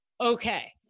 okay